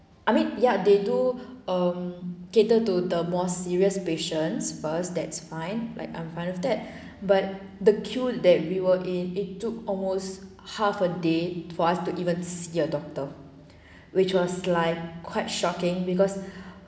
I mean ya they do um cater to the more serious patients first that's fine like I'm fine with that but the queue that we were in it took almost half a day for us to even see a doctor which was like quite shocking because